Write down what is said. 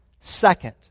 Second